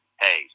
hey